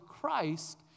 Christ